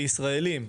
כישראלים,